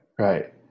right